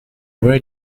where